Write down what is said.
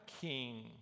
king